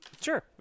Sure